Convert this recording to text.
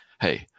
hey